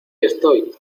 estoy